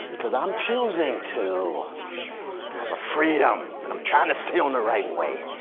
cause i'm choosing to. i have a freedom and i'm trying to stay on the right way.